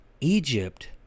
Egypt